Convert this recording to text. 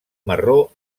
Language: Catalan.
marró